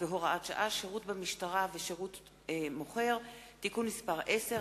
(שירות במשטרה ושירות מוכר) (תיקון מס' 10),